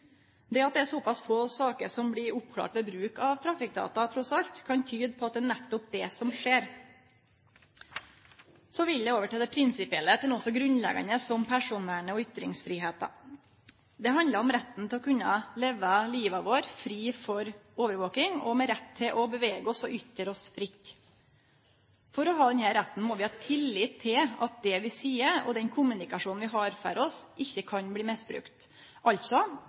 Det at det er såpass få saker som blir oppklarte ved bruk av trafikkdata – trass alt – kan tyde på at det er nettopp det som skjer. Så vil eg over til det prinsipielle, til noko så grunnleggjande som personvernet og ytringsfridomen. Det handlar om retten til å kunne leve livet vårt fritt for overvaking og retten til å bevege oss og ytre oss fritt. For å ha denne retten må vi ha tillit til at det vi seier, og den kommunikasjonen vi har for oss, ikkje kan bli misbrukt. Altså: